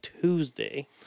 Tuesday